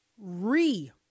re